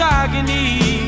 agony